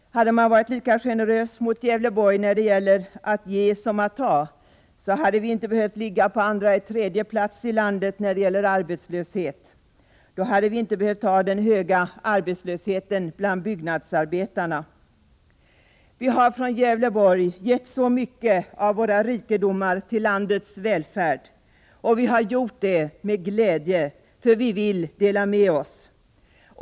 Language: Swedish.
Hade man varit lika generös mot Gävleborg när det gäller att ge som när det gäller att ta, hade vi inte behövt ligga på andra eller på tredje plats i landet beträffande arbetslöshet. Då hade vi inte behövt ha den höga arbetslösheten bland byggnadsarbetarna. Vi har från Gävleborg gett så mycket av våra rikedomar till landets välfärd. Och det har vi gjort med glädje, för vi vill dela med oss.